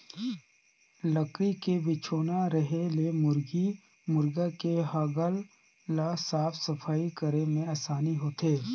लकरी के बिछौना रहें ले मुरगी मुरगा के हगल ल साफ सफई करे में आसानी होथे